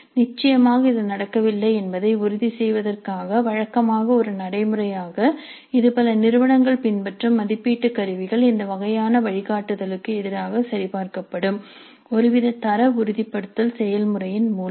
நிச்சயமாக இது நடக்கவில்லை என்பதை உறுதி செய்வதற்காக வழக்கமாக ஒரு நடைமுறையாக இது பல நிறுவனங்கள் பின்பற்றும் மதிப்பீட்டு கருவிகள் இந்த வகையான வழிகாட்டுதல்களுக்கு எதிராக சரிபார்க்கப்படும் ஒருவித தர உறுதிப்படுத்தல் செயல்முறையின் மூலம்